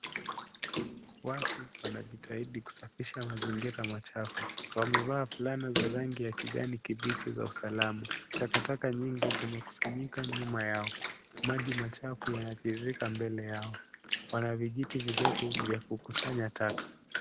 Watu wanajitahidi kusafisha mazingira machafu. Wamevaa fulana za rangi ya kijani kibichi za usalama. Takataka nyingi zimekusanyika nyuma yao. Maji machafu yanatiririka mbele yao. Wana vijiti virefu vya kukusanya taka.